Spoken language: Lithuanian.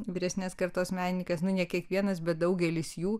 vyresnės kartos menininkas nu ne kiekvienas bet daugelis jų